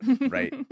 right